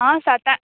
हांव साताक